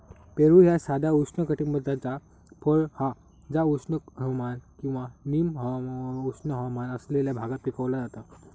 पेरू ह्या साधा उष्णकटिबद्धाचा फळ हा जा उष्ण हवामान किंवा निम उष्ण हवामान असलेल्या भागात पिकवला जाता